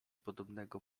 podobnego